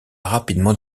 rapidement